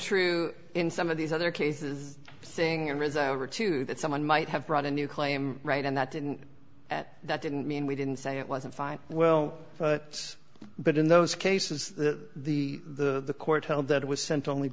true in some of these other cases thing and resign over to that someone might have brought a new claim right and that didn't at that didn't mean we didn't say it wasn't fine well but but in those cases the the court held that it was sent only